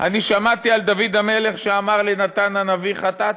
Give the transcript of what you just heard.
אני שמעתי על דוד המלך שאמר לנתן הנביא: "חטאתי".